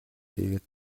хийгээд